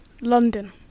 London